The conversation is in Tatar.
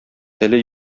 теле